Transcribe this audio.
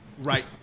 Right